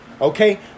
okay